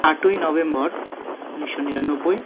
আটই নভেম্বর উনিশশো নিরানব্বই